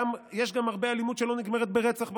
יש גם הרבה אלימות שלא נגמרת ברצח,